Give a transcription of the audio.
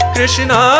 Krishna